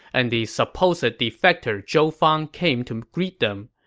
and the supposed defector zhou fang came to greet them.